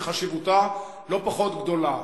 שחשיבותה לא פחות גדולה,